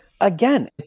again